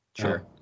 Sure